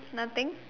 nothing